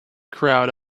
crowd